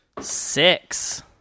Six